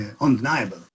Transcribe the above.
undeniable